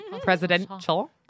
presidential